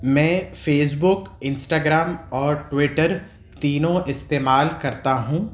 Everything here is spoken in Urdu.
میں فیس بک انسٹاگرام اور ٹویٹر تینوں استعمال کرتا ہوں